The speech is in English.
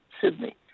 Sydney